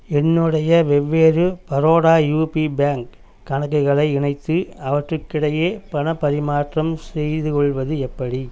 என்னுடைய வெவ்வேறு Baroda UP bank கணக்குகளை இணைத்து அவற்றுக்கிடையே பணப் பரிமாற்றம் செய்துக்கொள்வது எப்படி